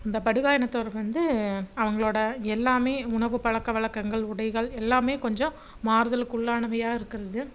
இந்த படுகா இனத்தவருக்கு வந்து அவங்களோட எல்லாமே உணவுப் பழக்கவழக்கங்கள் உடைகள் எல்லாமே கொஞ்சம் மாறுதலுக்கு உள்ளானவையாக இருக்கிறது